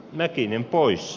mettinen pois